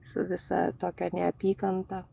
su visa tokia neapykanta